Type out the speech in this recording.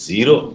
Zero